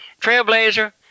Trailblazer